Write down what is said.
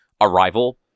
arrival